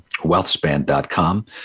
wealthspan.com